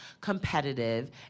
competitive